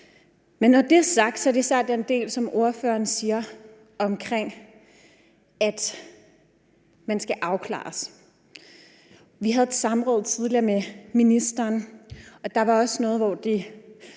Men når det er sagt, er der så det, som ordføreren siger om at man skal afklares. Vi havde tidligere et samråd med ministeren, og der var også noget, hvor det,